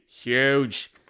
huge